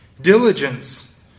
Diligence